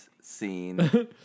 scene